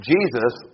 Jesus